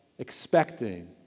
expecting